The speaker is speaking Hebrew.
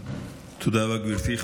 תודה רבה, גברתי.